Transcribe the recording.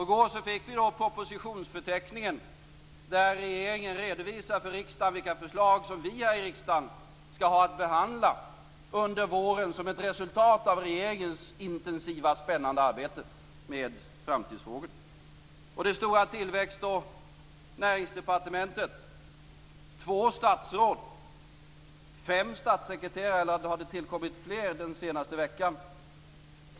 I går fick vi då propositionsförteckningen där regeringen redovisar för riksdagen vilka förslag som vi här i riksdagen skall ha att behandla under våren som ett resultat av regeringens intensiva, spännande arbete med framtidsfrågorna. Det stora tillväxt och näringsdepartementet, med två statsråd, fem statssekreterare - eller har det tillkommit fler den senaste veckan?